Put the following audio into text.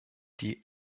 die